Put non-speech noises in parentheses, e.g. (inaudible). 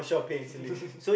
(laughs)